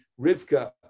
Rivka